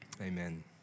amen